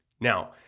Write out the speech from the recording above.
Now